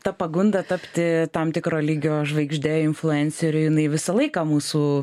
ta pagunda tapti tam tikro lygio žvaigžde influenceriu jinai visą laiką mūsų